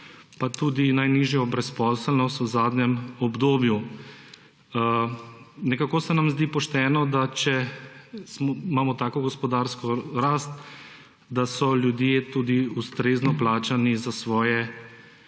pa tudi najnižjo brezposelnost v zadnjem obdobju. Nekako se nam zdi pošteno, da če imamo tako gospodarsko rast, da so ljudje tudi ustrezno plačani za svoje